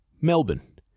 Melbourne